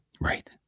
Right